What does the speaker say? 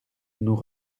nous